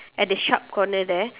at the sharp corner there